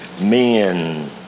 men